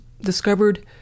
discovered